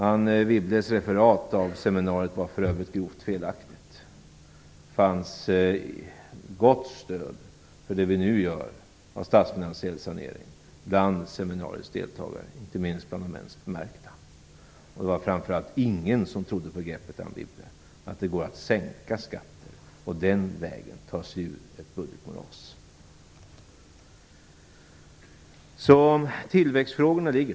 Anne Wibbles referat av seminariet var för övrigt grovt felaktigt. Det fanns nämligen ett gott stöd bland seminariets deltagare, inte minst bland de mest bemärkta, för det vi nu gör av statsfinansiell sanering. Framför allt var det ingen som trodde, Anne Wibble, på greppet att det går att sänka skatten och den vägen ta sig ur ett budgetmoras. Så tillväxtfrågorna.